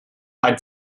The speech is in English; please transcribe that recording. had